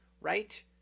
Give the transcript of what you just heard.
right